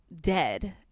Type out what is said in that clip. dead